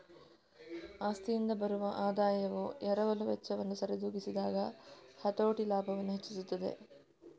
ಆಸ್ತಿಯಿಂದ ಬರುವ ಆದಾಯವು ಎರವಲು ವೆಚ್ಚವನ್ನು ಸರಿದೂಗಿಸಿದಾಗ ಹತೋಟಿ ಲಾಭವನ್ನು ಹೆಚ್ಚಿಸುತ್ತದೆ